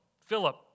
Philip